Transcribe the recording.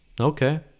okay